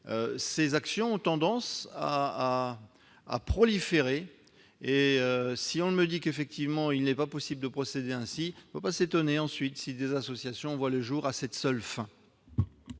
ces actions ont tendance à proliférer. Vous me dites qu'il n'est pas possible de procéder ainsi, mais il ne faut pas s'étonner ensuite si des associations voient le jour à cette seule fin.